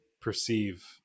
perceive